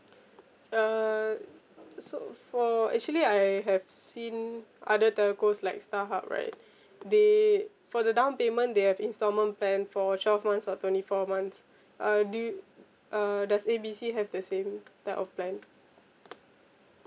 uh so for actually I have seen other telcos like starhub right they for the downpayment they have instalment plan for twelve months or twenty four months uh do you uh does A B C have the same type of plan